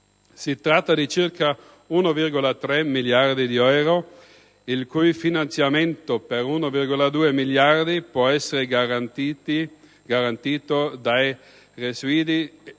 Si tratta di circa 1,3 miliardi di euro, il cui finanziamento per 1,2 miliardi può essere garantito dai residui